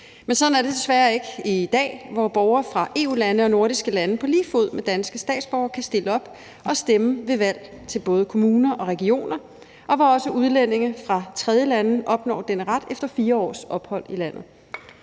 Men sådan er det desværre ikke i dag, hvor borgere fra EU-lande og nordiske lande på lige fod med danske statsborgere kan stille op og stemme ved valg til både kommuner og regioner, og hvor også udlændinge fra tredjelande opnår denne ret efter 4 års ophold i landet.